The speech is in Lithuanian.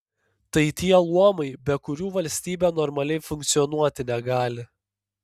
tai tie luomai be kurių valstybė normaliai funkcionuoti negali